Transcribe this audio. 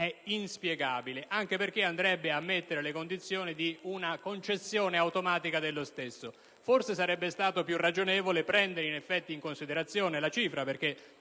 è inspiegabile anche perché andrebbe a mettere le condizioni di una concessione automatica dello stesso. Forse sarebbe stato più ragionevole prendere in considerazione la cifra, che